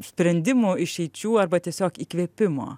sprendimų išeičių arba tiesiog įkvėpimo